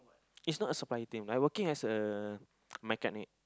is not a supplier team I working as a mechanic